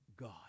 God